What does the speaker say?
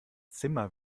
zimmer